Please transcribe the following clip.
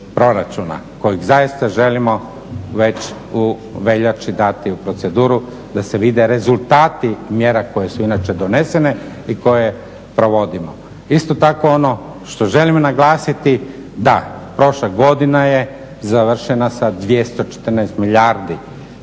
kojeg zaista želimo već u veljači dati u proceduru da se vide rezultati mjera koje su inače donesene i koje provodimo. Isto tako ono što želim naglasiti da, prošla godina je završena sa 214 milijardi